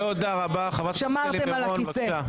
שמרתם על הכיסא.